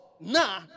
Nah